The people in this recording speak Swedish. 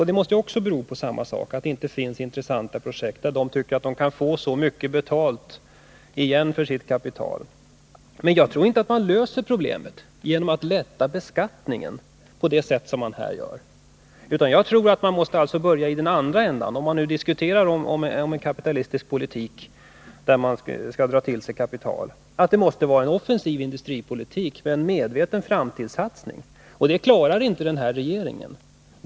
Det måste också bero på samma sak — att det inte finns intressanta projekt, där de tycker att de kan få tillräckligt mycket tillbaka på sitt kapital. Jag tror alltså inte att man löser problemet genom att lätta beskattningen på det sätt som här föreslås, utan jag tror att man måste börja i den andra änden. Om man diskuterar med utgångspunkt i en kapitalistisk politik och vill dra till sig kapital, då måste man föra en offensiv industripolitik med en medveten framtidssatsning. Det klarar inte den här regeringen.